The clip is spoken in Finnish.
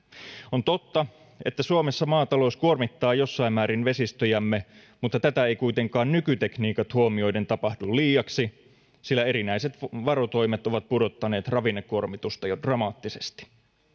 on totta että suomessa maatalous kuormittaa jossain määrin vesistöjämme mutta tätä ei kuitenkaan nykytekniikat huomioiden tapahdu liiaksi sillä erinäiset varotoimet ovat pudottaneet ravinnekuormitusta jo dramaattisesti